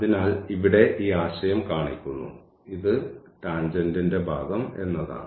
അതിനാൽ ഇവിടെ ഈ ആശയം കാണിക്കുന്നു ഇത് ടാൻജെന്റിന്റെ ഭാഗം എന്നതാണ്